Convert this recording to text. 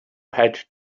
had